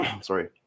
sorry